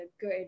good